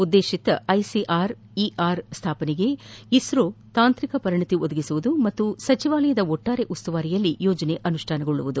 ಉದ್ದೇಶಿತ ICR ER ಸ್ಲಾಪನೆಗೆ ಇಸ್ರೋ ತಾಂತ್ರಿಕ ಪರಿಣತಿ ಒದಗಿಸುವುದು ಮತ್ತು ಸಚಿವಾಲಯದ ಒಟ್ಟಾರೆ ಉಸ್ತುವಾರಿಯಲ್ಲಿ ಯೋಜನೆ ಅನುಷ್ಠಾನಗೊಳ್ಳುವುದು